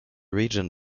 region